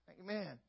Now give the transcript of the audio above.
Amen